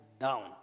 down